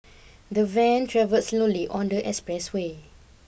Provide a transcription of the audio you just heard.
the van travelled slowly on the expressway